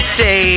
day